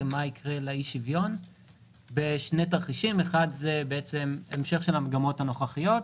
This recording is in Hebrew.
ומה יקרה לאי-שוויון בשני תרחישים: בהמשך המגמות הנוכחיות,